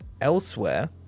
elsewhere